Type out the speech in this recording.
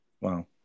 Wow